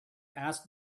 asked